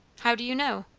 how do you know?